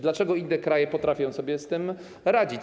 Dlaczego inne kraje potrafią sobie z tym radzić?